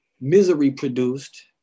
misery-produced